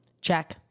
Check